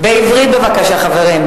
בעברית בבקשה, חברים.